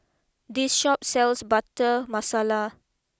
this Shop sells Butter Masala